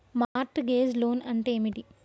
Mart gauge loan అంటే ఏమిటి?